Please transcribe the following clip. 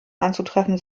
anzutreffen